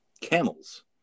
camels